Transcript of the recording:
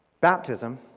Baptism